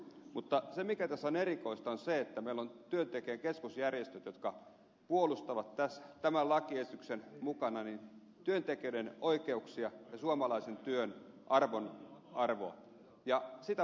mutta se mikä tässä on erikoista on se että meillä on työntekijäkeskusjärjestöt jotka puolustavat tämän lakiesityksen mukana työntekijöiden oikeuksia ja suomalaisen työn arvoa ja sitä vastustaa vasemmistoliitto